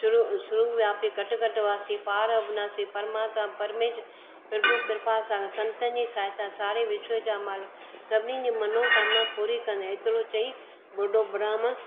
सुरु सुरुव्यापी घटि घटि वासी पार अविनासी परमात्मा परमेश्वर प्रभू कृपा सा संतनि जी साहयता सारे विश्व जा माण्हू सभिनीनि जी मनोकामिना पूरी कंदे एतिरो चई बुडो ब्राह्मण